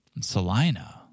Salina